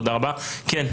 אייל,